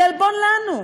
זה עלבון לנו.